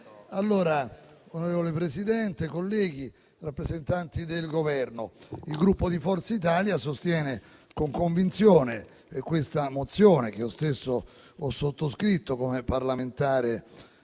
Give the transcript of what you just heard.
Signor Presidente, colleghi, rappresentanti del Governo, il Gruppo Forza Italia sostiene con convinzione questa mozione, che io stesso ho sottoscritto come parlamentare